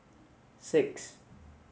six